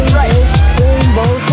rainbow